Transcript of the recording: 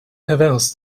pervers